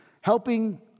helping